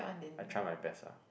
I try my best lah